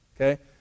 okay